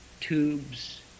tubes